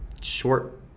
short